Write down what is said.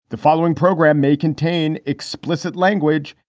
the following program may contain explicit language